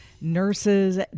nurses